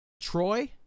Troy